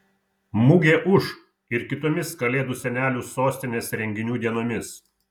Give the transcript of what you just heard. mugė ūš ir kitomis kalėdų senelių sostinės renginių dienomis